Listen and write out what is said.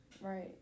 Right